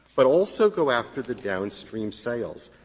but also go after the downstream sales.